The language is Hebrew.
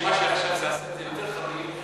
שמה שעשה את זה יותר חריף,